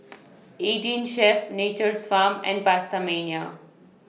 eighteen Chef Nature's Farm and PastaMania